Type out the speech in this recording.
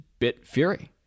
Bitfury